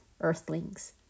earthlings